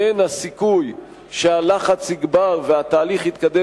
כן הסיכוי שהלחץ יגבר והתהליך יתקדם